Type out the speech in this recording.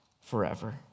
forever